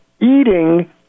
eating